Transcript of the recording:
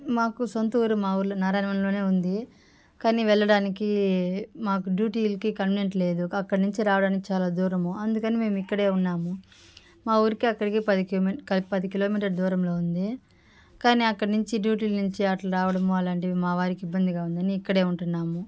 మాకు సొంతూరు మా ఊర్లోనే నారాయణవనంలోనే ఉంది కానీ వెళ్ళడానికి మాకు డ్యూటీలకి కన్వెంట్ లేదు అక్కడి నుంచి రావడానికి చాలా దూరము అందుకని మేము ఇక్కడే ఉన్నాము మా ఊరికి అక్కడికి పది కిమీ పది కిలోమీటర్ల దూరంలో ఉంది కానీ అక్కడి నుంచి డ్యూటీల నించి అట్ల రావడము అలాంటివి మావారికి ఇబ్బందిగా ఉందని ఇక్కడే ఉంటున్నాము